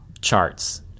charts